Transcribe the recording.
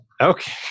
Okay